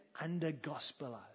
under-gospelized